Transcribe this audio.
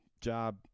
job